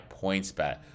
PointsBet